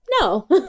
no